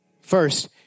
first